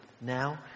now